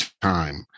time